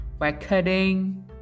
recording